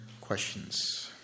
questions